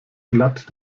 glatt